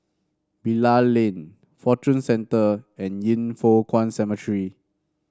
Bilal Lane Fortune Centre and Yin Foh Kuan Cemetery